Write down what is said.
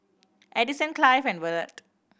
Addison Clive and Evertt